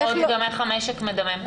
לראות גם איך המשק מדמם.